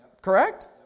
Correct